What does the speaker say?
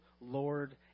Lord